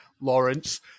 Lawrence